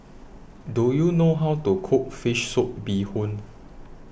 Do YOU know How to Cook Fish Soup Bee Hoon